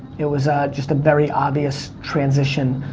it was just a very obvious transition,